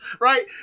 right